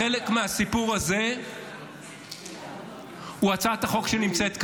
חלק מהסיפור הזה הוא הצעת החוק שנמצאת כאן.